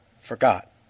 forgot